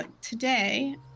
today